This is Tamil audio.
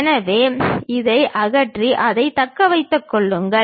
எனவே இதை அகற்றி அதைத் தக்க வைத்துக் கொள்ளுங்கள்